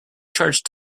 charge